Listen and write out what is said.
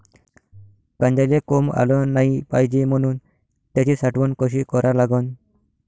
कांद्याले कोंब आलं नाई पायजे म्हनून त्याची साठवन कशी करा लागन?